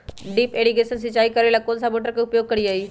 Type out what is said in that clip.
Drip irrigation सिंचाई करेला कौन सा मोटर के उपयोग करियई?